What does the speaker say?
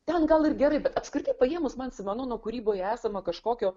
ten gal ir gerai bet apskritai paėmus man simenono kūryboje esama kažkokio